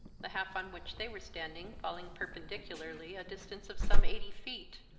the half on which they were standing falling perpendicularly a distance of some eighty feet,